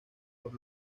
por